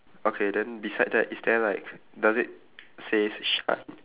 okay then beside that is there like does it says shine